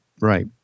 right